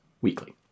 weekly